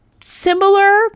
similar